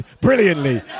brilliantly